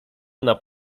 ona